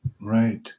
Right